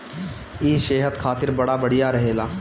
इ सेहत खातिर बड़ा बढ़िया रहेला